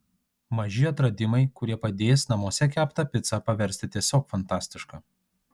maži atradimai kurie padės namuose keptą picą paversti tiesiog fantastiška